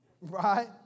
Right